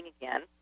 again